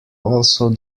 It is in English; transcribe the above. also